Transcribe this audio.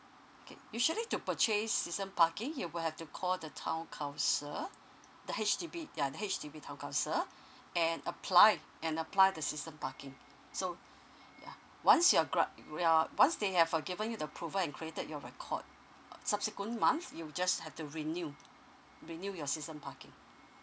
kay~ usually to purchase season parking you will have to call the town counsel the H_D_B ya the H_D_B town council and applied and apply the season parking so ya once you're err once they have uh given you the prover and created your record uh subsequent month you just have to renew renew your season parking